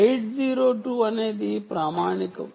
802 అనేది ప్రామాణికం